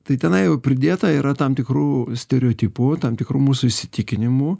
tai tenai jau pridėta yra tam tikrų stereotipų tam tikrų mūsų įsitikinimų